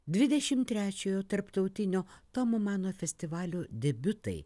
dvidešim trečiojo tarptautinio tomo mano festivalio debiutai